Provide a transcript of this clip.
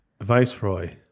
Viceroy